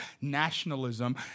nationalism